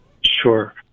Sure